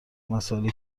مسائلی